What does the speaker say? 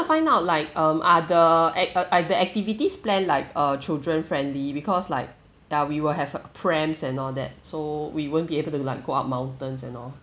find out like um are the act uh I the activities planned like uh children friendly because like ya we will have uh prams and all that so we won't be able to go up mountains and all